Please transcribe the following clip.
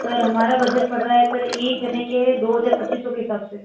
sir हमारा budget पड़ रहा है सर एक जने के दो हजार पच्चीस सौ के हिसाब से